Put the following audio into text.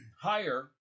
higher